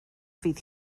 fydd